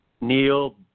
Neil